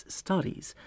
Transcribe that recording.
studies